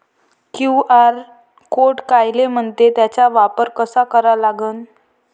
QR code कायले म्हनते, त्याचा वापर कसा करा लागन?